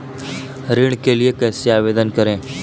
ऋण के लिए कैसे आवेदन करें?